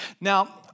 Now